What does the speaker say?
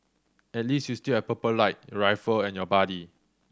at least you still have Purple Light your rifle and your buddy